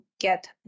get